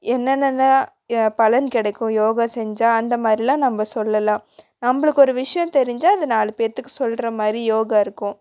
என்னென்னலாம் ஏ பலன் கிடைக்கும் யோகா செஞ்சால் அந்த மாதிரிலாம் நம்ம சொல்லெலாம் நம்மளுக்கு ஒரு விஷயோம் தெரிஞ்சால் அது நாலு பேர்த்துக்கு சொல்கிற மாதிரி யோகா இருக்கும்